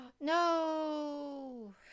No